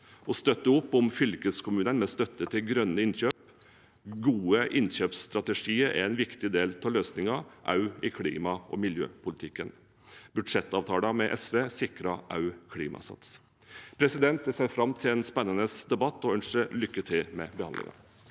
og gjennom fylkeskommunene med støtte til grønne innkjøp. Gode innkjøpsstrategier er en viktig del av løsningen, også i klima- og miljøpolitikken. Budsjettavtalen med SV sikrer også Klimasats. Jeg ser fram til en spennende debatt og ønsker lykke til med budsjettbehandlingen.